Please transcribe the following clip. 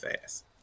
fast